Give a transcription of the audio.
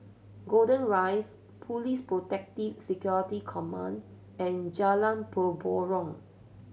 Golden Rise Police Protective Security Command and Jalan Mempurong